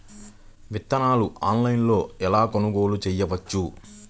విత్తనాలను ఆన్లైనులో ఎలా కొనుగోలు చేయవచ్చు?